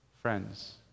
Friends